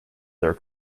their